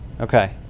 Okay